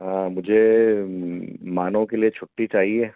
हाँ मुझे मानव के लिए छुट्टी चाहिए